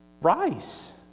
rice